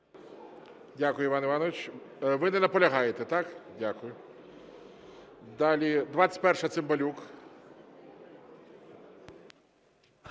Дякую, Іван Іванович. Ви не наполягаєте, так? Дякую. Далі, 21-а, Цимбалюк.